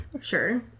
Sure